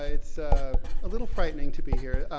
ah it's a little frightening to be here.